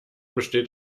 besteht